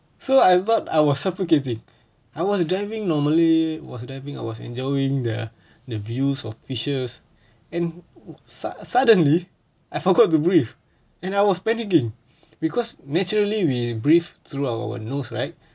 so I thought I was suffocating I was diving normally was diving I was enjoying the the views of fishes and sud~ suddenly I forgot to breathe and I was panicking because naturally we breathe through our nose right